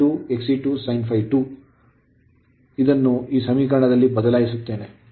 ಆದ್ದರಿಂದ ಅದನ್ನು ಈ ಸಮೀಕರಣದಲ್ಲಿ ಬದಲಾಯಿಸಲಾಗುತ್ತದೆ